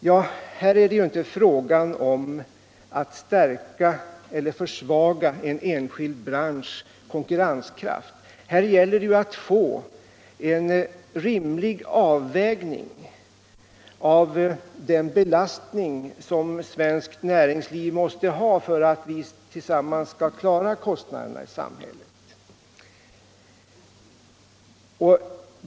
Men här är det inte fråga om att stärka eller försvaga konkurrenskraften hos en enskild bransch, utan om att få till stånd en rimlig avvägning av den belastning på svenskt näringsliv som är nödvändig för att vi tillsammans skall klara kostnaderna i samhället.